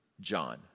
John